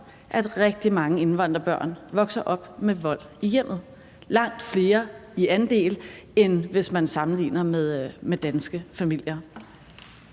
at rigtig mange indvandrerbørn vokser op med vold i hjemmet – en langt større andel, end hvis man sammenligner med danske familier.